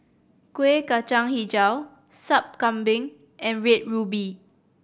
Kueh Kacang Hijau Sup Kambing and Red Ruby